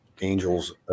angels